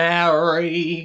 Mary